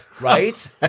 right